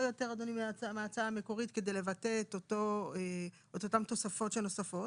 יותר מההצעה המקורית כדי לבטא את אותן תוספות שנוספות,